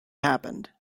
happened